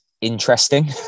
interesting